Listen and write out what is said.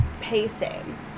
pacing